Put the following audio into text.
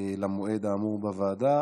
למועד האמור בוועדה.